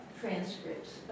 transcripts